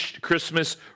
Christmas